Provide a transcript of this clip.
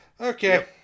Okay